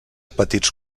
petits